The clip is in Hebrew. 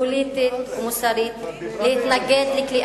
פוליטית ומוסרית, כן, להצטרף